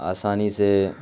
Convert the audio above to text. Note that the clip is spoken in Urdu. آسانی سے